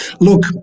Look